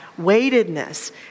weightedness